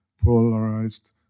polarized